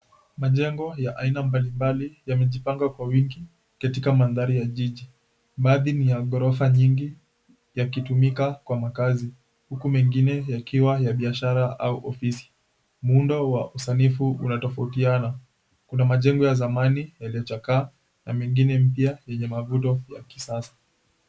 Majengo ya aina mbalimbali yamejipanga kwa wingi katika mandhari ya jiji. Baadhi ni ya gℎorofa nyingi yakitumika kwa makazi, huku mengine yakiwa ya biashara au ofisi. Muundo wa usanifu unatofautiana, kuna majengo ya zamani yaliyochakaa na mengine mpya yenye mavuto ya kisasa.